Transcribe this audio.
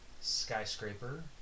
Skyscraper